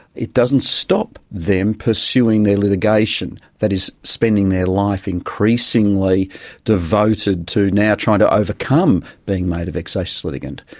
it doesn't stop them pursuing their litigation, that is spending their life increasingly devoted to now trying to overcome being made a vexatious litigant.